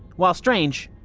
while strange,